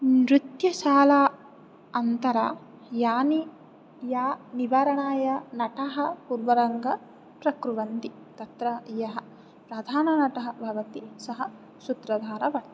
नृत्यशालाम् अन्तरा यानि या निवारणाय नटः पूर्वरङ्गं प्रकुर्वन्ति तत्र यः प्रधाननटः भवति सः सूत्रधारः वर्तते